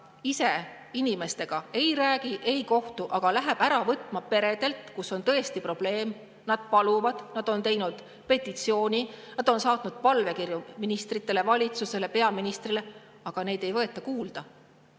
ise inimestega ei räägi, ei kohtu, aga lähevad [toetusi] ära võtma peredelt, kus on tõesti probleem. Nad paluvad, nad on teinud petitsiooni, nad on saatnud palvekirju ministritele, valitsusele, peaministrile, aga neid ei võeta kuulda.